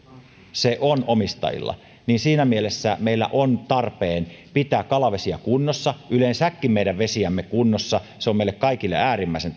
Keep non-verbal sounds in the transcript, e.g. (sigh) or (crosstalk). se on omistajilla siinä mielessä meillä on tarpeen pitää kalavesiä kunnossa yleensäkin meidän vesiämme kunnossa se on meille kaikille äärimmäisen (unintelligible)